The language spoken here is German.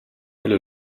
hölle